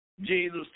Jesus